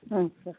ಹ್ಞೂ ಸರ್